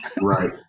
Right